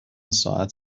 ساعت